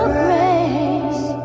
grace